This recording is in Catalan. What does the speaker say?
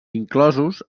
inclosos